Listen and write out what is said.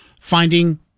finding